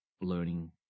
learning